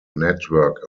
network